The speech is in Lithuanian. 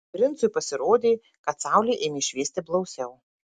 princui pasirodė kad saulė ėmė šviesti blausiau